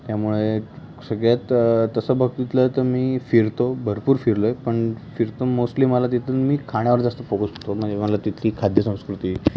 त्यामुळे सगळ्यात तसं बघितलं तर मी फिरतो भरपूर फिरलो आहे पण फिरतो मोस्टली मला तिथून मी खाण्यावर जास्त फोकस होतो म्हणजे मला तिथली खाद्य संस्कृती